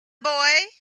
boy